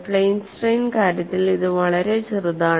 plane strain കാര്യത്തിൽ ഇത് വളരെ ചെറുതാണ്